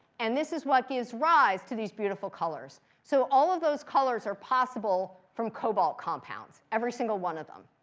and this is what gives rise to these beautiful colors. so all of those colors are possible from cobalt compounds. every single one of them.